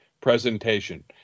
presentation